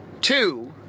Two